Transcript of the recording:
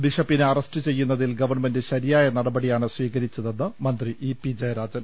ബിഷപ്പിനെ അറസ്റ്റ് ചെയ്യുന്നതിൽ ഗവൺമെന്റ് ശരിയായ നടപടിയാണ് സ്പീകരിച്ചതെന്ന് മന്ത്രി ഇ പി ജയരാജൻ